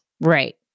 Right